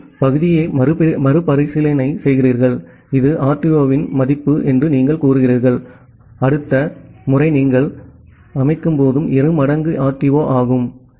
நீங்கள் பகுதியை மறுபரிசீலனை செய்கிறீர்கள் இது RTO இன் மதிப்பு என்று நீங்கள் கூறுகிறீர்கள் அடுத்த முறை நீங்கள் அமைக்கும் போது 2 மடங்கு RTO ஆகும்